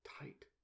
tight